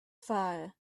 fire